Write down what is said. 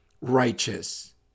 righteous